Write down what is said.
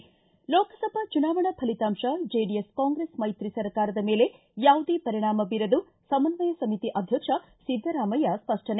ಿ ಲೋಕಸಭಾ ಚುನಾವಣಾ ಫಲಿತಾಂಶ ಜೆಡಿಎಸ್ ಕಾಂಗ್ರೆಸ್ ಮೈತ್ರಿ ಸರ್ಕಾರದ ಮೇಲೆ ಯಾವುದೇ ಪರಿಣಾಮ ಬೀರದು ಸಮನ್ವಯ ಸಮಿತಿ ಅಧ್ಯಕ್ಷ ಸಿದ್ದರಾಮಯ್ಯ ಸ್ವಷ್ಟನೆ